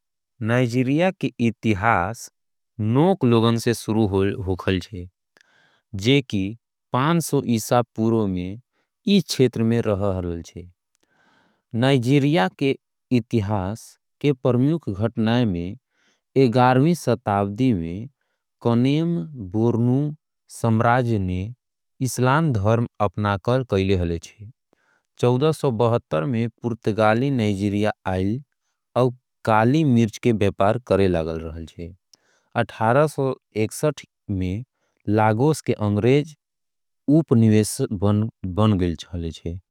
नाइजीरिया का इतिहास नोक लोगों से शुरू। होल रहल छे जो पांच सौ ईसा पूर्व से क्षेत्र में। रहल छे नाइजीरिया का इतिहास के प्रमुख घटनाएं। में ग्यारहवीं वीं शताब्दी में कनेम बोर्नू साम्राज्य। ने नाइजीरिया पर शासन कायले हाले छे। चौदह सौ बहत्तर में पुर्तगाली नाइजीरिया आए। और पहले यूरोपीय बने अठारह सौ इकसठ में। ये क्षेत्र ब्रिटिश नियंत्रण में आना शुरू होय रहे छे।